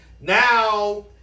now